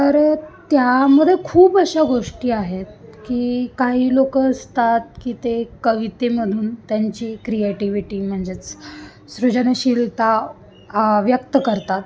तर त्यामध्ये खूप अशा गोष्टी आहेत की काही लोक असतात की ते कवितेमधून त्यांची क्रिएटिव्हिटी म्हणजेच सृजनशीलता व्यक्त करतात